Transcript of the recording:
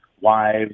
wives